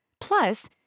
Plus